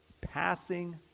passing